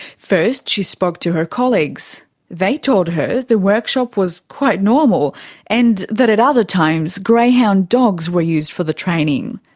first she spoke to her colleagues. they told her the workshop was quite normal and that at other times greyhound dogs were used for the training.